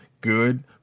good